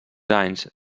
anys